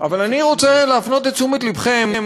אבל אני רוצה להפנות את תשומת לבכם,